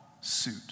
suit